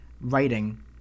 writing